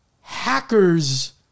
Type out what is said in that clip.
hackers